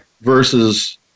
versus